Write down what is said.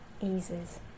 eases